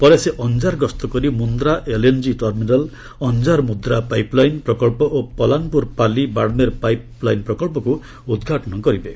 ପରେ ସେ ଅଞ୍ଜାର ଗସ୍ତ କରି ମୁଦ୍ରା ଏଲଏନକି ଟର୍ମିନାଲ ଅଞ୍ଜାର ମୁଦ୍ରା ପାଇପଲାଇନ ପ୍ରକଳ୍ପ ଓ ପଲାନପୁର ପାଲି ବାଡମେର ପାଇପ ଲାଇନ ପ୍ରକଳ୍ପକୁ ଉଦ୍ଘାଟନ କରିବେ